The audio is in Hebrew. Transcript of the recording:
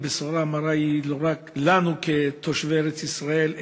הבשורה המרה היא לא רק לנו כתושבי ארץ-ישראל,